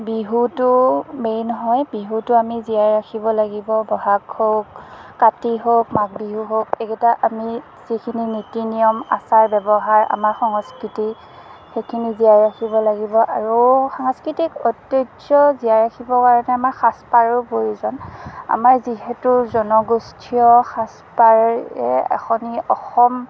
বিহুটো মেইন হয় বিহুটো আমি জীয়াই ৰাখিব লাগিব বহাগ হওঁক কাতি হওঁক মাঘ বিহু হওঁক এইকেইটা আমি যিখিনি নীতি নিয়ম আচাৰ ব্যৱহাৰ আমাৰ সংস্কৃতি সেইখিনি জীয়াই ৰাখিব লাগিব আৰু সাংস্কৃতিক ঐতিহ্য জীয়াই ৰাখিবৰ কাৰণে আমাক সাজপাৰো প্ৰয়োজন আমাৰ যিহেতু জনগোষ্ঠীয় সাজপাৰে এখনি অসম